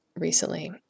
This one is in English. recently